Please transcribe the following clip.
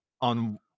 on